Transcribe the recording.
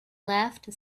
left